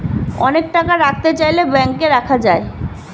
অনেক টাকা রাখতে চাইলে ব্যাংকে রাখা যায়